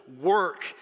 work